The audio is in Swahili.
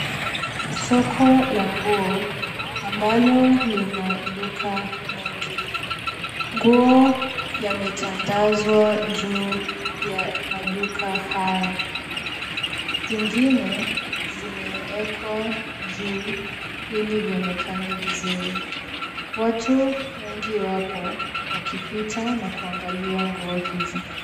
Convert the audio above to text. Soko la nguo ambalo lina duka mengi. Nguo yametandazwa juu ya maduka haya zingine zimewekwa juu ili vionekane vizuri. Watu wengi wapo wakipita na kuangalia nguo hizi.